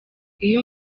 iyo